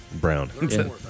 brown